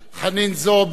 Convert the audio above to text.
חנין זועבי,